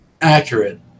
accurate